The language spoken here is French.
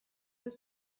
deux